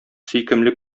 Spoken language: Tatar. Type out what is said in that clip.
сөйкемле